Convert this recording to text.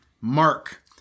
mark